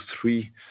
three